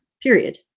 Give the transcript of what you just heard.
period